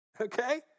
okay